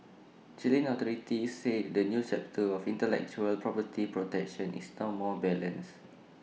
Chilean authorities say the new chapter on intellectual property protection is now more balanced